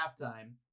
halftime